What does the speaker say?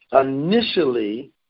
initially